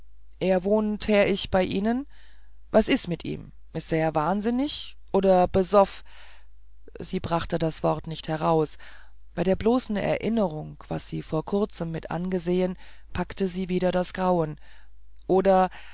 er wohnt här ich bei ihnen was is mit ihm is er wahnsinnig oder besoff sie brachte das wort nicht heraus bei der bloßen erinnerung was sie vor kurzem mit angesehen packte sie wieder das grausen oder